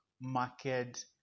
market